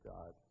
God